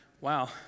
wow